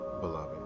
beloved